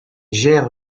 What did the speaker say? gère